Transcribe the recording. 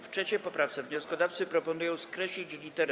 W 3. poprawce wnioskodawcy proponują skreślić lit.